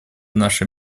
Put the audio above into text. наша